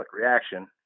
reaction